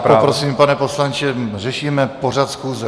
Poprosím, pane poslanče, řešíme pořad schůze.